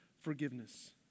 forgiveness